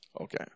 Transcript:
Okay